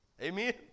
Amen